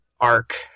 arc